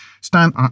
Stan